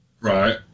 Right